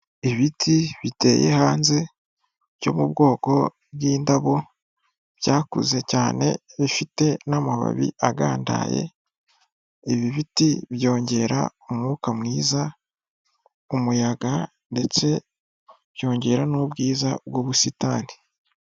Ibiti biteye hanze byo mu bwoko bw'indabo byakuze cyane bifite n'amababi agandaye ibi biti byongera umwuka mwiza umuyaga ndetse byongera n'ubwiza b'ubusitani.